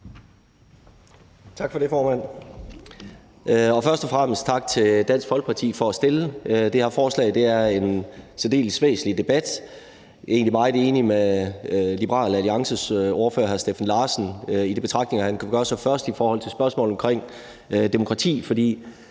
Tak for det, formand. Først og fremmest tak til Dansk Folkeparti for at fremsætte det her forslag. Det er en særdeles væsentlig debat. Jeg er egentlig meget enig med Liberal Alliances ordfører, Steffen Larsen, i de betragtninger, han gjorde sig først, i forhold til spørgsmålet om demokrati, for